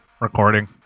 Recording